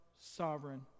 sovereign